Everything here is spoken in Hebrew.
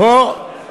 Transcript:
אתה